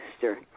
sister